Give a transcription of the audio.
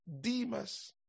Demas